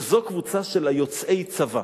וזאת קבוצה של יוצאי צבא.